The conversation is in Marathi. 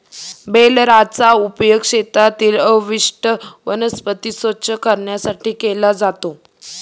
बेलरचा उपयोग शेतातील अवशिष्ट वनस्पती स्वच्छ करण्यासाठी केला जातो